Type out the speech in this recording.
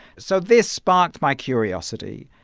so this sparked my curiosity.